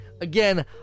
Again